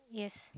yes